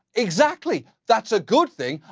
exactly. that's a good thing.